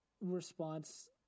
response